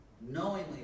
knowingly